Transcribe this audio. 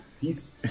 Peace